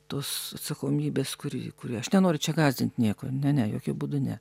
tos atsakomybės kuri kuri aš nenoriu čia gąsdint nieko ne ne jokiu būdu ne